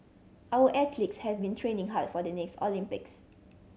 our athletes have been training hard for the next Olympics